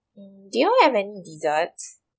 mm do y'all have any dessert